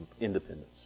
Independence